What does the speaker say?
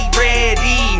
ready